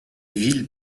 villes